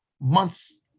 months